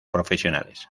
profesionales